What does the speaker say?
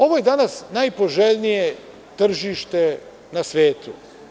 Ovo je danas najpoželjnije tržište na svetu.